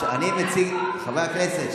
חברי הכנסת,